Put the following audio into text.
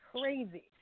crazy